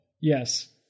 Yes